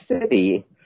City